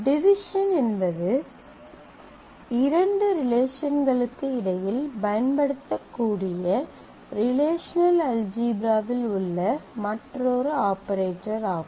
division என்பது இரண்டு ரிலேஷன்களுக்கு இடையில் பயன்படுத்தக்கூடிய ரிலேஷனல் அல்ஜீப்ராவில் உள்ள மற்றொரு ஆபரேட்டர் ஆகும்